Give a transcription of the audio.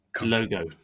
logo